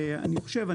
ואני חושב,